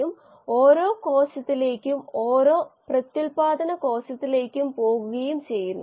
അവ യീസ്റ്റ് കോശങ്ങൾ അലാതെ മറ്റൊന്നുമല്ല അവ ബയോ റിയാക്ടറുകളിൽ വളർത്തുകയും സംസ്കരിച്ച് കന്നുകാലികൾക്ക് കാലിത്തീറ്റയായി നൽകുകയും ചെയ്യുന്നു